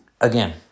again